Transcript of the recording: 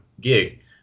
gig